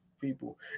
people